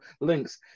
links